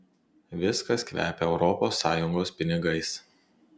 viskas kvepia europos sąjungos pinigais